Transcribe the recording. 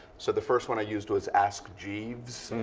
so the first one i used was ask jeeves.